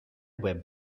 web